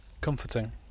comforting